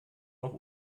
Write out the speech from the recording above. noch